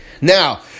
Now